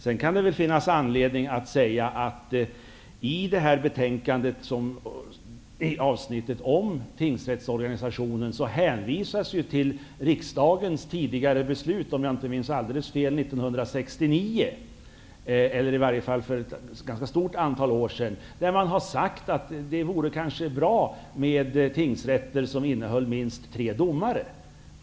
Det kan väl finnas anledning att säga att i avsnittet om tingsrättsorganisationen hänvisas till riksdagens tidigare beslut från 1969 -- om jag inte minns alldeles fel. I varje fall var det för ett stort antal år sedan. Det har sagts att det vore bra med tingsrätter som innehåller minst tre domare.